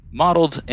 modeled